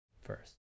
first